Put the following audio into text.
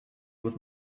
with